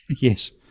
Yes